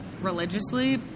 religiously